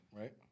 right